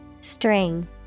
String